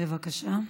בבקשה.